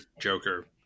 Joker